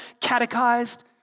catechized